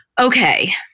Okay